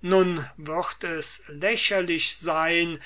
nun würd es lächerlich sein